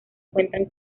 cuentan